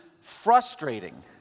frustrating